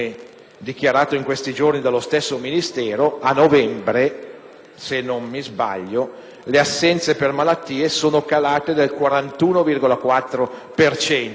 dichiarato in questi giorni dallo stesso Ministero, a novembre - se non mi sbaglio - le assenze per malattia sono calate del 41,4